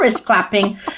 clapping